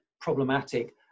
problematic